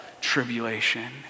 tribulation